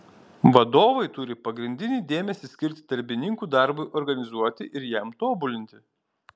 vadovai turi pagrindinį dėmesį skirti darbininkų darbui organizuoti ir jam tobulinti